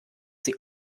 sie